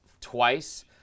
twice